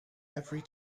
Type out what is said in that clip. every